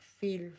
feel